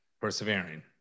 persevering